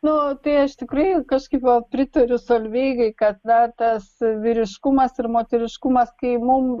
nu tai aš tikrai kažkaip va pritariu solveigai kad na tas vyriškumas ir moteriškumas kai mum